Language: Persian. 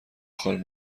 خال